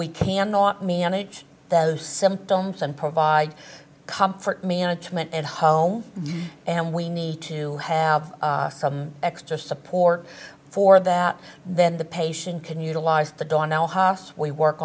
we cannot manage those symptoms and provide comfort management at home and we need to have some extra support for that then the patient can utilize the